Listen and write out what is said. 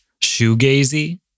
shoegazy